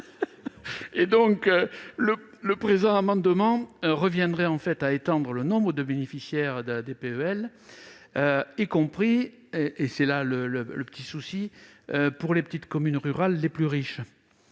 ! Le présent amendement tend en réalité à étendre le nombre de bénéficiaires de la DPEL y compris, et c'est là le problème, pour les petites communes rurales les plus riches.